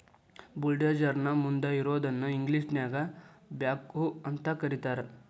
bulldozer ನ ಮುಂದ್ ಇರೋದನ್ನ ಇಂಗ್ಲೇಷನ್ಯಾಗ ಬ್ಯಾಕ್ಹೊ ಅಂತ ಕರಿತಾರ್